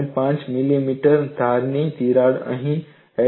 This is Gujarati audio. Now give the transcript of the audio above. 5 મિલીમીટરની ધારની તિરાડ અહીં 8